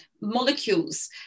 molecules